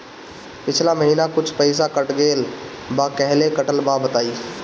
पिछला महीना कुछ पइसा कट गेल बा कहेला कटल बा बताईं?